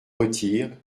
retirent